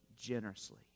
generously